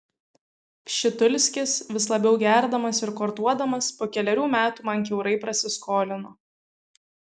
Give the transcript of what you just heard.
pšitulskis vis labiau gerdamas ir kortuodamas po kelerių metų man kiaurai prasiskolino